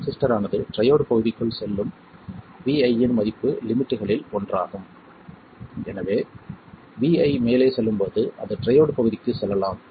transistor ஆனது triode பகுதிக்குள் செல்லும் Vi இன் மதிப்பு லிமிட்களில் ஒன்றாகும் எனவே Vi மேலே செல்லும்போது அது ட்ரையோட் பகுதிக்கு செல்லலாம்